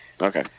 Okay